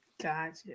Gotcha